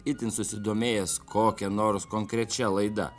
itin susidomėjęs kokia nors konkrečia laida